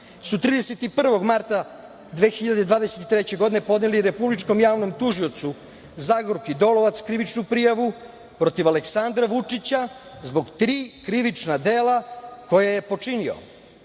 31. marta 2023. godine podneli republičkom javnom tužiocu Zagorki Dolovac krivičnu prijavu protiv Aleksandra Vučića zbog tri krivična dela koja je počinio